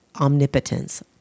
omnipotence